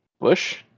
bush